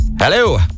Hello